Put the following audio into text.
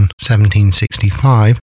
1765